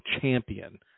champion